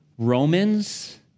Romans